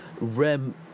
rem